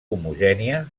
homogènia